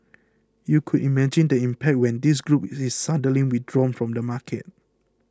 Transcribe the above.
you could imagine the impact when this group is suddenly withdrawn from the market